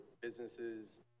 businesses